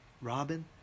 Robin